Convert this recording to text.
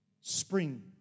Spring